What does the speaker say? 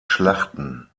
schlachten